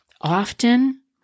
Often